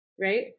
right